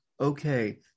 okay